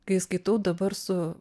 kai skaitau dabar su